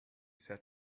said